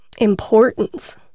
importance